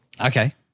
Okay